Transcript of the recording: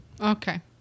Okay